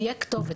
גוף שיהיה כתובת.